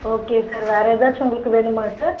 okay sir வேறு ஏதாச்சு உங்களுக்கு வேணுமா சார்